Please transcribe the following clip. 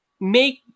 make